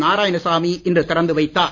நாராயணசாமி இன்று திறந்து வைத்தார்